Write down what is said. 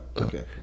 okay